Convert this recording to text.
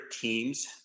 teams